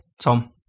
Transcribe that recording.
Tom